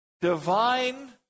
divine